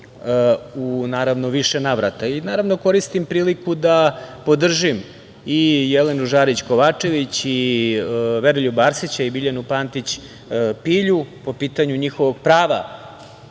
u naravno više navrata. Naravno, koristim priliku da podržim i Jelenu Žarić Kovačević i Veroljuba Arsića i Biljanu Pantić Pilju po pitanju njihovog prava